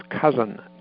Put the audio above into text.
cousin